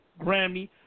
Grammy